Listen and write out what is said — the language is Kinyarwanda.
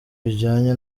bijyanye